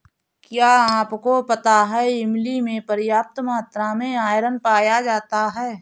क्या आपको पता है इमली में पर्याप्त मात्रा में आयरन पाया जाता है?